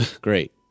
great